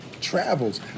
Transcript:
travels